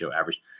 average